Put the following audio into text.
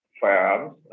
firearms